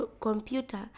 computer